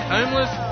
Homeless